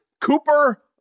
Cooper